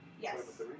Yes